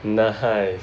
nice